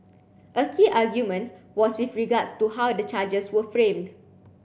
a key argument was with regards to how the charges were framed